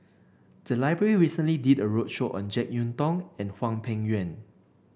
the library recently did a roadshow on JeK Yeun Thong and Hwang Peng Yuan